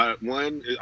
One